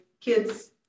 kids